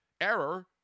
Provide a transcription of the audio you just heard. error